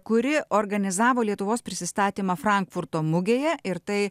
kuri organizavo lietuvos prisistatymą frankfurto mugėje ir tai